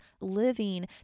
living